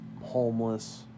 homeless